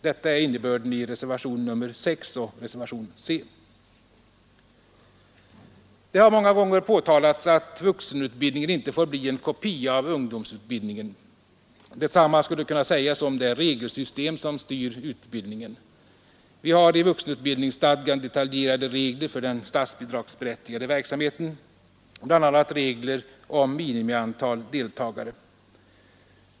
Detta är innebörden i reservationen A 6 och reservationen C. Det har många gånger påtalats att vuxenutbildningen inte får bli en kopia av ungdomsutbildningen. Detsamma skulle kunna sägas om det regelsystem som styr utbildningen. Vi har i vuxenutbildningsstadgan detaljerade regler för den statsbidragsberättigade verksamheten, bl.a. regler om minimiantal deltagare.